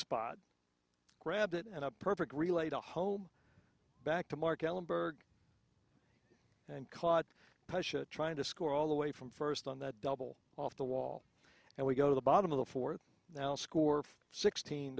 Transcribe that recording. spot grabbed it and a perfect relay to home back to mark ellenburg and caught pressure trying to score all the way from first on that double off the wall and we go to the bottom of the fourth now score sixteen